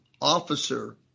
officer